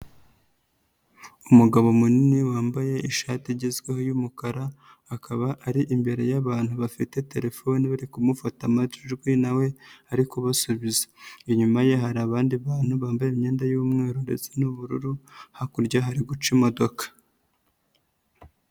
Umugabo munini wambaye ishati igezweho y'umukara akaba ari imbere y'abantu bafite telefone bari kumufata amajwi na we bari kubasubiza, inyuma ye hari abandi bantu bambaye imyenda y'umweru ndetse n'ubururu, hakurya hari guca imodoka.